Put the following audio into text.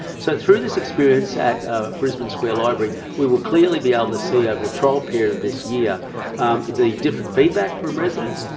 so it's through this experience at brisbane square library we will clearly be able to see over the trial period of this year the different feedback from residents,